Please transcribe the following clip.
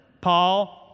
Paul